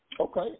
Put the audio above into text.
Okay